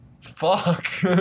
fuck